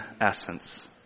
essence